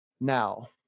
now